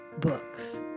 books